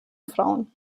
frauen